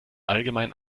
allgemein